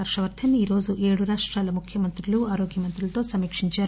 హర్వవర్దన్ ఈరోజు ఏడు రాష్రాల ముఖ్యమంత్రులు ఆరోగ్యమంత్రులతో సమీకించారు